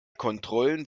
kontrollen